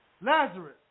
Lazarus